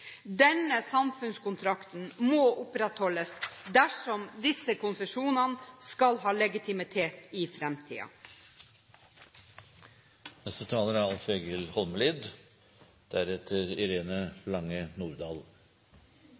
Denne samfunnskontrakten må opprettholdes dersom disse konsesjonene skal ha legitimitet i framtiden. Etter mi replikkveksling med representanten Tenden er